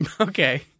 Okay